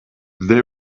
they